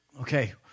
okay